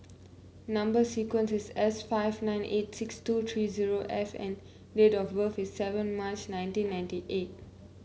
number sequence is S five nine eight six two three zero F and date of birth is seven March nineteen ninety eight